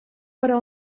però